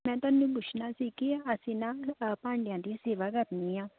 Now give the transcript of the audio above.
ਮੈਂ ਤੁਹਾਨੂੰ ਪੁੱਛਣਾ ਸੀ ਕਿ ਅਸੀਂ ਨਾ ਅ ਭਾਂਡਿਆਂ ਦੀ ਸੇਵਾ ਕਰਨੀ ਆ